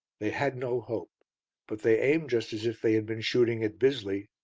they had no hope but they aimed just as if they had been shooting at bisley.